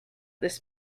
this